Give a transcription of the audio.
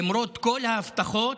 למרות כל ההבטחות,